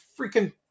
freaking